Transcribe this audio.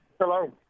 Hello